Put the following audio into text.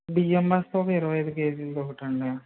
బియ్యం బస్తా ఒక ఇరవై ఐదు కేజీలది ఒకటండి